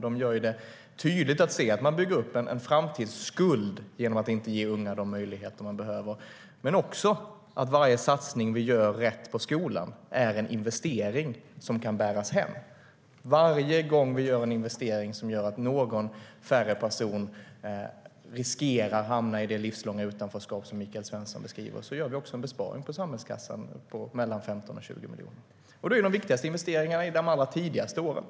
De gör det tydligt att man bygger upp en framtidsskuld genom att inte ge unga de möjligheter de behöver men också att varje satsning vi gör rätt på skolan är en investering som kan bäras hem. Varje gång vi gör en investering som gör att en person färre riskerar att hamna i det livslånga utanförskap som Michael Svensson beskriver gör vi också en besparing i samhällskassan på 15-20 miljoner. De viktigaste investeringarna är i de allra tidigaste åren.